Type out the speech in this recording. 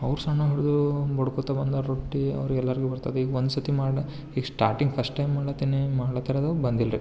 ಅವರು ಸಣ್ಣಾಗಿ ಹೊಡೆದು ಬಡ್ಕೊತ ಬಂದರು ರೊಟ್ಟಿ ಅವರೆಲ್ಲರಿಗು ಬರ್ತದೆ ಹೀಗೆ ಒಂದ್ಸರ್ತಿ ಮಾಡು ಹೀಗೆ ಸ್ಟಾರ್ಟಿಂಗ್ ಫಸ್ಟ್ ಟೈಮ್ ಮಾಡ್ಲತೀನಿ ಮಾಡ್ಲತರದ್ದು ಬಂದಿಲ್ರಿ